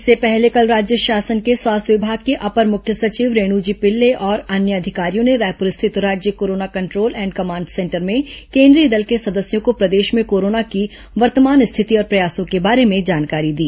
इससे पहले कल राज्य शासन के स्वास्थ्य विमाग की अपर मुख्य सचिव रेणु जी पिल्ले और अन्य अधिकारियों ने रायपुर स्थित राज्य corona control and command centre में केंद्रीय दल के सदस्यों को प्रदेश में कोरोना की वर्तमान स्थिति और प्रयासों के बारे में जानकारी दी